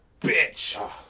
bitch